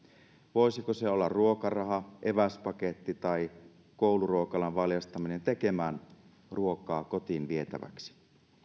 voisiko se olla ruokaraha eväspaketti tai kouluruokalan valjastaminen tekemään ruokaa kotiin vietäväksi